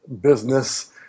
business